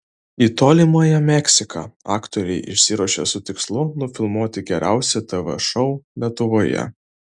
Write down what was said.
į tolimąją meksiką aktoriai išsiruošė su tikslu nufilmuoti geriausią tv šou lietuvoje